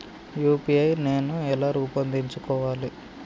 UPI నేను ఎలా రూపొందించుకోవాలి?